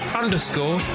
underscore